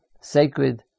sacred